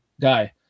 guy